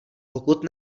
pokud